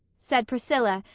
said priscilla,